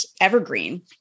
evergreen